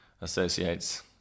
associates